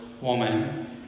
woman